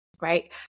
Right